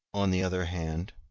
on the other hand,